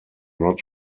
not